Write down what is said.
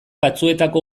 batzuetako